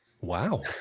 Wow